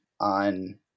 on